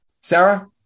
Sarah